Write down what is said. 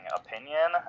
opinion